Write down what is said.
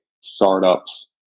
startups